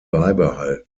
beibehalten